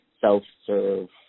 self-serve